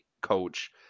coach